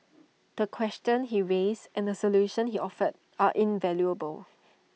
the questions he raised and the solutions he offered are invaluable